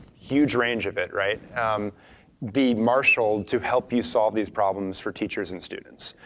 huge range of it, right be marshalled to help you solve these problems for teachers and students.